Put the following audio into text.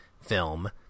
film